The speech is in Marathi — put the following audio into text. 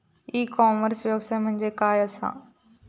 ई कॉमर्स व्यवसाय म्हणजे काय असा?